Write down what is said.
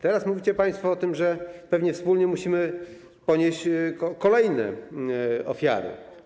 Teraz mówicie państwo o tym, że pewnie wspólnie musimy ponieść kolejne ofiary.